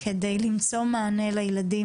כדי למצוא מענה לילדים,